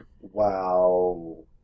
wow